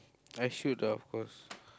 I should of course